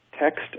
text